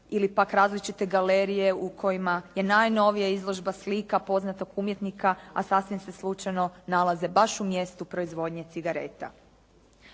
ili pak različite galerije u kojima je najnovija izložba slika poznatog umjetnika, a sasvim se slučajno nalaze baš u mjestu proizvodnje cigareta.